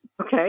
Okay